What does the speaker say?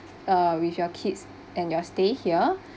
uh with your kids and your stay here